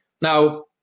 Now